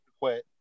quit